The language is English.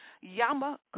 Yama